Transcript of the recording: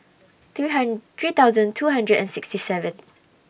three hundred three thousand two hundred and sixty seven